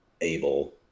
able